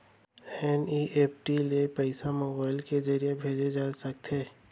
NEFT ले पइसा mobile के ज़रिए भेजे जाथे सकथे?